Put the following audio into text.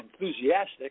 enthusiastic